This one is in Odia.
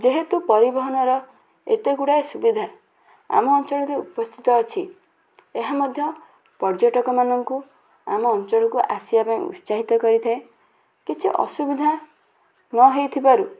ଯେହେତୁ ପରିବହନର ଏତେ ଗୁଡ଼ାଏ ସୁବିଧା ଆମ ଅଞ୍ଚଳରେ ଉପସ୍ଥିତ ଅଛି ଏହା ମଧ୍ୟ ପର୍ଯ୍ୟଟକମାନଙ୍କୁ ଆମ ଅଞ୍ଚଳକୁ ଆସିବାପାଇଁ ଉତ୍ସାହିତ କରିଥାଏ କିଛି ଅସୁବିଧା ନ ହେଇଥିବାରୁ